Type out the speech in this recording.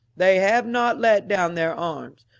they have not laid down their arms.